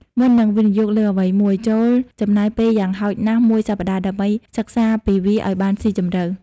មុននឹងវិនិយោគលើអ្វីមួយ ចូរចំណាយពេលយ៉ាងហោចណាស់មួយសប្តាហ៍ដើម្បីសិក្សាពីវាឱ្យបានស៊ីជម្រៅ។